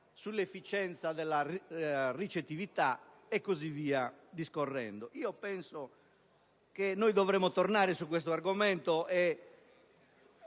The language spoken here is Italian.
sull'efficienza della recettività e così via discorrendo. Penso che dovremo tornare su questo argomento, e